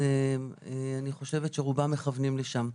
אני חושבת שרובם מכוונים לשם.